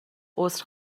عذر